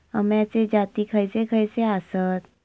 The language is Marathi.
अम्याचे जाती खयचे खयचे आसत?